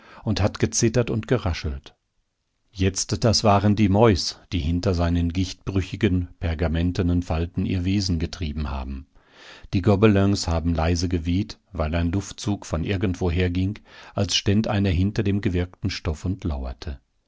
und hat gezittert und geraschelt jetzt das waren die mäus die hinter seinen gichtbrüchigen pergamentenen falten ihr wesen getrieben haben die gobelins haben leise geweht weil ein luftzug von irgendwoher ging als ständ einer hinter dem gewirkten stoff und lauerte